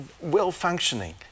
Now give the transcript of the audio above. well-functioning